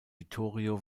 vittorio